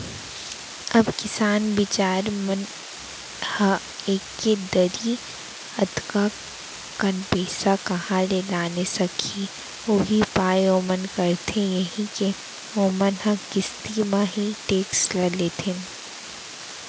अब किसान बिचार मन ह एके दरी अतका कन पइसा काँहा ले लाने सकही उहीं पाय ओमन करथे यही के ओमन ह किस्ती म ही टेक्टर ल लेथे